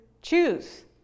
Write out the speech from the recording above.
choose